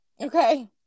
Okay